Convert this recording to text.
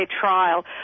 trial